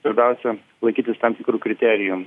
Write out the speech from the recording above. svarbiausia laikytis tam tikrų kriterijų